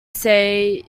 say